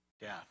death